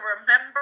remember